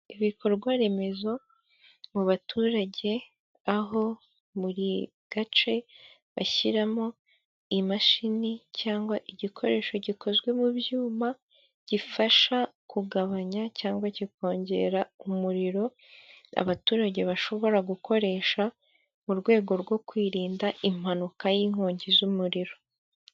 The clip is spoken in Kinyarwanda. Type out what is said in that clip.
Ibikorwaremezo mu baturage aho buri gace bashyiramo imashini cyangwa igikoresho gikozwe mu byuma, gifasha kugabanya cyangwa kikongera umuriro abaturage bashobora gukoresha mu rwego rwo kwirinda impanuka y'inkongi z'umuriro.